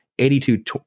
82